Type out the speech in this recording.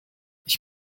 ich